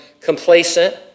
complacent